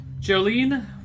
Jolene